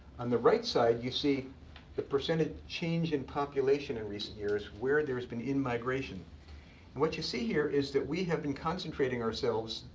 on the right side, you see the percentage change in population in recent years, where there has been in-migration. and what you see here is that we have been concentrating ourselves,